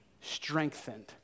strengthened